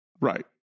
Right